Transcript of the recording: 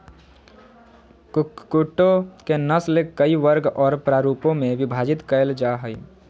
कुक्कुटों के नस्ल कई वर्ग और प्ररूपों में विभाजित कैल जा हइ